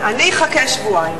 אני אחכה שבועיים.